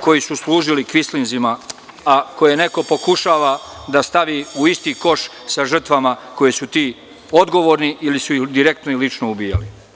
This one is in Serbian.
koji su služili kvislinzima, a koje neko pokušava da stavi u isti koš sa žrtvama koje su ti odgovorni ili su ih direktno i lično ubijali.